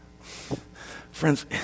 Friends